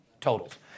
totals